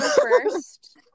first